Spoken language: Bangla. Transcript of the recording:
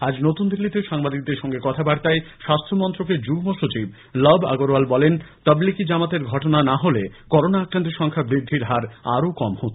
আজ নতুন দিল্লিতে সাংবাদিকদের সঙ্গে কথাবার্তায় স্বাস্হ্যমন্ত্রকের যুগ্ম সচিব লব আগরওয়াল বলেন তবলিগি জামাতের ঘটনা না হলে করোনা আক্রান্তের সংখ্যা বৃদ্ধির হার কম হত